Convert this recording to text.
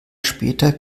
später